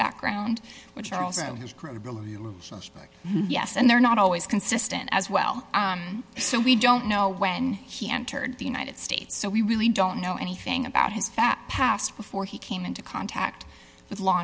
background which are also his group yes and they're not always consistent as well so we don't know when he entered the united states so we really don't know anything about his fact past before he came into contact with law